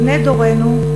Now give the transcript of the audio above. בני דורנו,